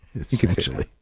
essentially